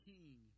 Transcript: King